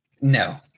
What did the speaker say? No